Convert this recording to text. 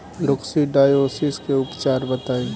Coccidiosis के उपचार बताई?